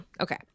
okay